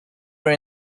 were